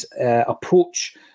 approach